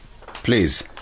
Please